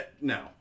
No